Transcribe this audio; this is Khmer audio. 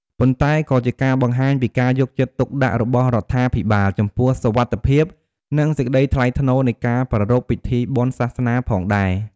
ប៉ុន្តែក៏ជាការបង្ហាញពីការយកចិត្តទុកដាក់របស់រដ្ឋាភិបាល ចំពោះសុវត្ថិភាព និងសេចក្តីថ្លៃថ្នូរនៃការប្រារព្ធពិធីបុណ្យសាសនាផងដែរ។